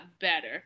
better